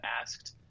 asked